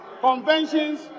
conventions